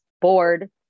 bored